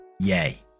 Yay